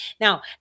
Now